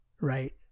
Right